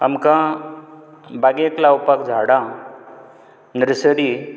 आमकां बागेंत लावपाक झाडां नर्सरी